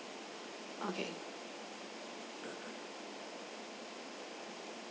okay